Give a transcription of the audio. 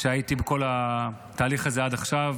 שהיה איתי בכל התהליך הזה עד עכשיו,